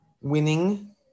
winning